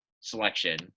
selection